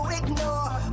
ignore